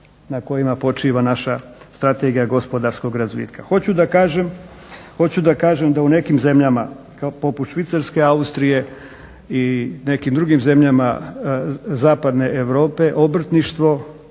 na kojima počiva naša strategija gospodarskog razvitka. Hoću da kažem, hoću da kažem da u nekim zemljama kao poput Švicarske, Austrije i nekim drugim zemljama zapadne Europe obrtništvo,